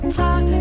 talk